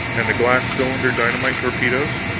and the glass-cylinder dynamite torpedoes?